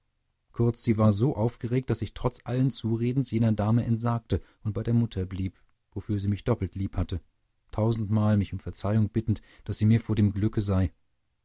kurz sie war so aufgeregt daß ich trotz alles zuredens jener dame entsagte und bei der mutter blieb wofür sie mich doppelt liebhatte tausendmal mich um verzeihung bittend daß sie mir vor dem glücke sei